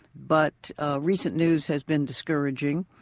but recent news has been discouraging,